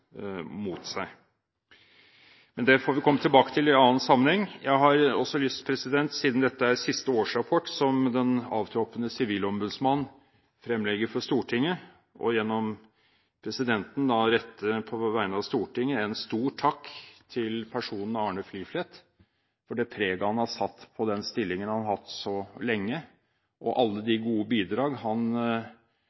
mot seg. Men det får vi komme tilbake til i en annen sammenheng. Jeg har også lyst til, siden dette er siste årsrapport som den avtroppende sivilombudsmann fremlegger for Stortinget, gjennom presidenten, på vegne av Stortinget, å rette en stor takk til personen Arne Fliflet for det preget han har satt på den stillingen han har hatt så lenge, og alle